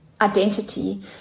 identity